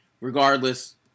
Regardless